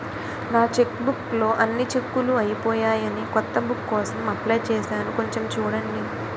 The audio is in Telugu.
నా చెక్బుక్ లో అన్ని చెక్కులూ అయిపోయాయని కొత్త బుక్ కోసం అప్లై చేసాను కొంచెం చూడండి